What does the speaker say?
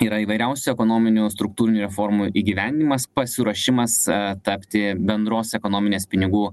yra įvairiausių ekonominių struktūrinių reformų įgyvendinimas pasiruošimas e tapti bendros ekonominės pinigų